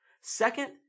Second